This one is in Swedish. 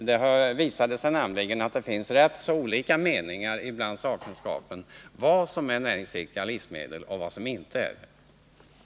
Det visade sig nämligen att det finns rätt olika meningar bland sakkunskapen om vad som är näringsriktiga livsmedel och vad som inte är det.